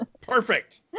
Perfect